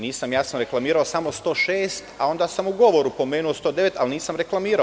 Nisam, ja sam reklamirao samo član 106, a onda sam u govoru pomenuo 109, ali nisam reklamirao.